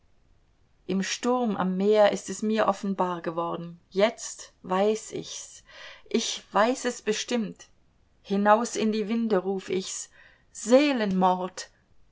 im sturm am meer ist es mir offenbar geworden jetzt weiß ich's ich weiß es bestimmt hinaus in alle winde ruf ich's seelenmord